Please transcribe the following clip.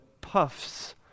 puffs